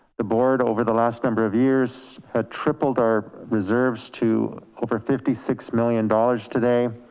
the board over the last number of years ah tripled our reserves to over fifty six million dollars today.